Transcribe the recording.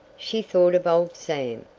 she thought of old sam.